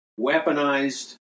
weaponized